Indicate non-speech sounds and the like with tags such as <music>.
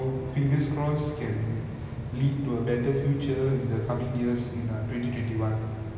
ya I hope so to at least I hope that people like <noise> be a bit more responsible if you are sick stay at home and all that lah